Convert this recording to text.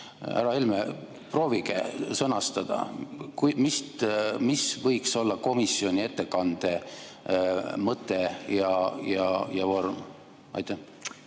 Härra Helme, proovige sõnastada, mis võiks olla komisjoni ettekande mõte ja vorm. Aitäh,